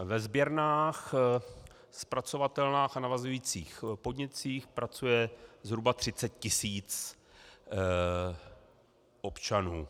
Ve sběrnách, zpracovatelnách a navazujících podnicích pracuje zhruba 30 tisíc občanů.